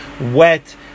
wet